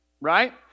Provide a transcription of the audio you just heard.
right